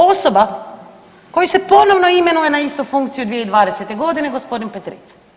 Osoba koju se ponovno imenuje na istu funkciju 2020. godine, gospodin Petric.